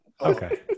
Okay